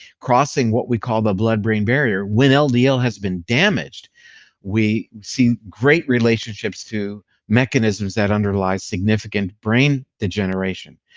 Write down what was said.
crossing what we call the blood-brain barrier, when ldl ldl has been damaged we see great relationships to mechanisms that underlie significant brain degeneration.